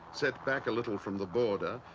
set back a little from the border,